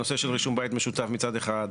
הנשוא של רישום בית משותף מצד אחד,